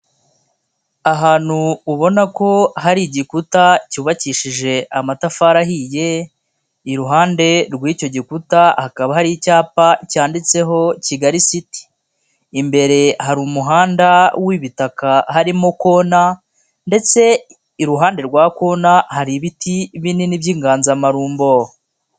Ahantu ubona ko hari igikuta cyubakishije amatafari ahiye, iruhande rw'icyo gikuta hakaba hari icyapa cyanditseho Kigali city, imbere hari umuhanda w'ibitaka harimo kona ndetse iruhande rwa kona, hari ibiti binini by'inganzamarumbo.